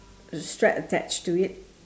strap attached to it